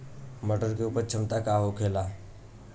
मटर के उपज क्षमता का होला?